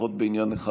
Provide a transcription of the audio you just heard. לפחות בעניין אחד.